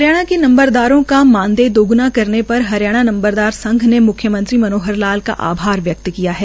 हरियाणा के नम्बरदारों का मानदेय दोगुणा करने पर हरियाणा नम्बरदार संघ ने म्ख्यमंत्री मनोहर लाल का आभार व्यक्त किया है